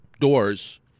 doors